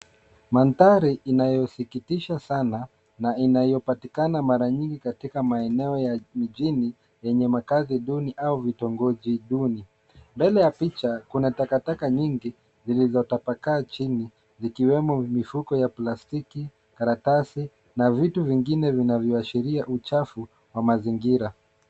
Mandhari inayosikitisha sana na inayopatikana mara nyingi katika maeneo ya mijini, yenye makazi duni au vitongoji duni. Mbele ya picha, kuna takataka nyingi, zilizotapakaa chini, zikiwemo, mifuko ya plastiki, karatasi, na vitu vingine vinavyoashiria uchafu wa mazingira.